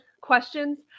questions